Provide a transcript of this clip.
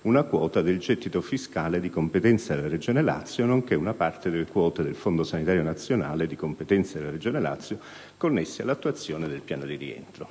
una quota del gettito fiscale di competenza della Regione Lazio, nonché una parte delle quote del Fondo sanitario nazionale, di competenza della Regione Lazio, connesse all'attuazione degli obiettivi